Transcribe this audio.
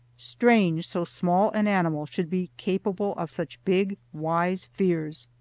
strange so small an animal should be capable of such big, wise fears.